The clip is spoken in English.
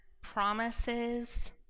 promises